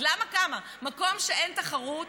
אז למה גם, מקום שאין תחרות,